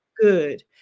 Good